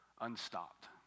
unstopped